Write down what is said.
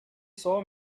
saw